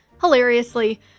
hilariously